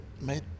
made